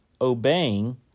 obeying